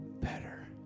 better